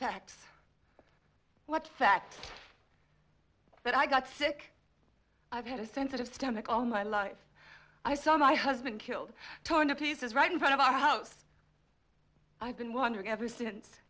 facts what fact but i got sick i've had a sensitive stomach all my life i saw my husband killed torn to pieces right in front of our house i've been wondering ever since